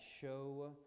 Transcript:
show